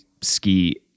ski